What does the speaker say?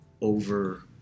over